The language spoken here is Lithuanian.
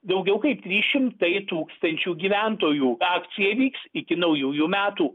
daugiau kaip trys šimtai tūkstančių gyventojų akcija vyks iki naujųjų metų